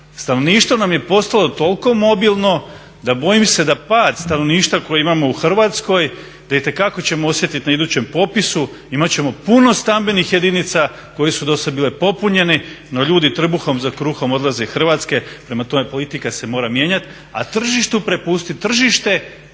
Stanovništvo nam je postalo toliko mobilno da bojim se da pad stanovništva koji imamo u Hrvatskoj da itekako ćemo osjetit na idućem popisu, imat ćemo puno stambenih jedinica koje su dosad bile popunjene no ljudi trbuhom za kruhom odlaze iz Hrvatske. Prema tome politika se mora mijenjat, a tržištu prepustit tržište.